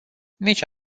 nici